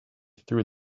threw